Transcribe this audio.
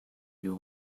you